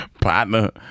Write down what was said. Partner